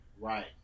right